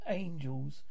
angels